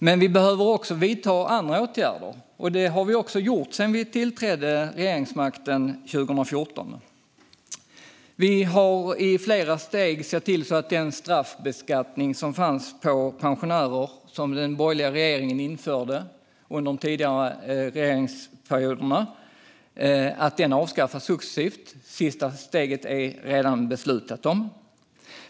Men även andra åtgärder behöver vidtas, och det har skett sedan vi tillträdde regeringsmakten 2014. I flera steg har den straffbeskattning som fanns för pensionärer, införd av den borgerliga regeringen under tidigare regeringsperioder, avskaffats successivt. Sista steget är redan beslutat.